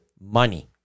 money